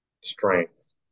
strength